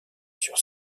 sur